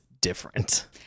different